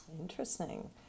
Interesting